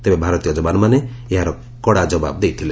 ତେବେ ଭାରତୀୟ ଯବାନମାନେ ଏହାର କଡ଼ା ଜବାବ ଦେଇଥିଲେ